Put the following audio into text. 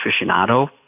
aficionado